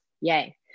yay